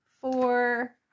four